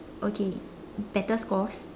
okay better scores